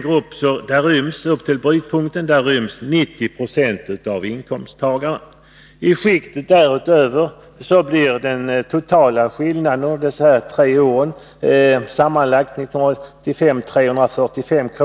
grupp ryms 90 96 av inkomsttagarna. I skiktet däröver blir skillnaden totalt 345 kr.